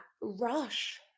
rush